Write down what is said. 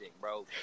bro